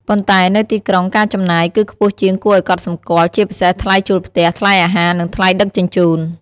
ប៉ុន្តែនៅទីក្រុង ការចំណាយ គឺខ្ពស់ជាងគួរឲ្យកត់សម្គាល់ ជាពិសេសថ្លៃជួលផ្ទះ ថ្លៃអាហារ និងថ្លៃដឹកជញ្ជូន។